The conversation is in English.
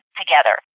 together